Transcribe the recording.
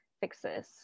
fixes